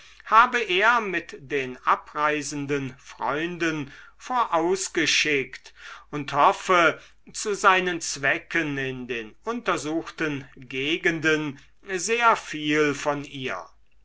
habe er mit den abreisenden freunden vorausgeschickt und hoffe zu seinen zwecken in den ununtersuchten gegenden sehr viel von ihr